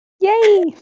Yay